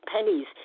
pennies